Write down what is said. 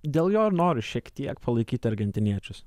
dėl jo ir noriu šiek tiek palaikyti argentiniečius